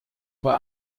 bei